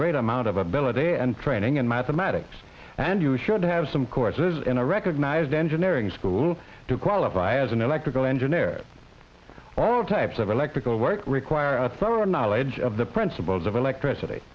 great amount of ability and training in mathematics and you should have some courses in a recognized engineering school to qualify as an electrical engineer all types of electrical work require some knowledge of the principles of electricity